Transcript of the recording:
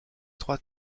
trois